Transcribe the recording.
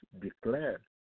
declared